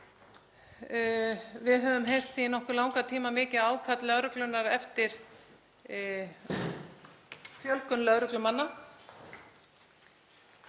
Við höfum heyrt í nokkuð langan tíma mikið ákall lögreglunnar eftir fjölgun lögreglumanna.